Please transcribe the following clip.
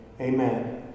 amen